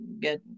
get